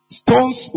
stones